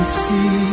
see